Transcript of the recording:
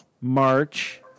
March